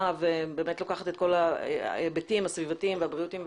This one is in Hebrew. ובאמת לוקחת את כל ההיבטים הסביבתיים והבריאותיים,